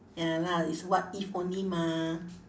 ya lah it's what if only mah